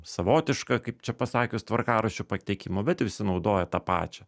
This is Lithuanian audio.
savotiška kaip čia pasakius tvarkaraščių pateikimo bet visi naudoja tą pačią